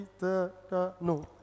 no